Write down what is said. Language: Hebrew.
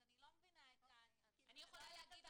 אז אנחנו לא --- אני יכולה להגיד,